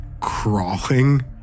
crawling